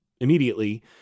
immediately